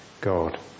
God